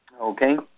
Okay